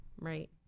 Right